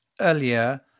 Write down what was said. earlier